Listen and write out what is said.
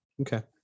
Okay